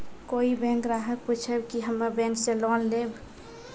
कोई बैंक ग्राहक पुछेब की हम्मे बैंक से लोन लेबऽ?